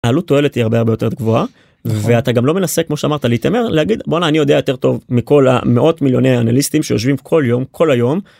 העלות-תועלת היא הרבה הרבה יותר גבוהה ואתה גם לא מנסה כמו שאמרת להתעמר, להגיד: בוא הנה, אני יודע יותר טוב מכל המאות מיליוני אנליסטים שיושבים כל יום כל היום.